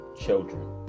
children